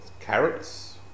carrots